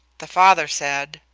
the father said,